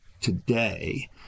today